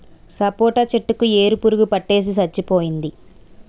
సపోటా చెట్టు కి ఏరు పురుగు పట్టేసి సచ్చిపోయింది